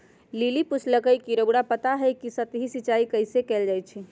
lily पुछलई ह कि रउरा पता हई कि सतही सिंचाई कइसे कैल जाई छई